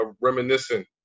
reminiscing